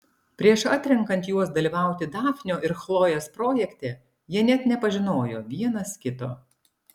prieš atrenkant juos dalyvauti dafnio ir chlojės projekte jie net nepažinojo vienas kito